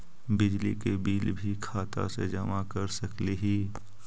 बिजली के बिल भी खाता से जमा कर सकली ही?